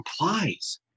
implies